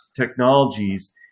technologies